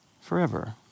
forever